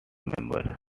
members